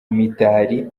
mitali